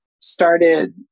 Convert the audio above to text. started